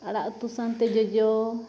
ᱟᱲᱟᱜ ᱩᱛᱩ ᱥᱟᱝᱛᱮ ᱡᱚᱡᱚ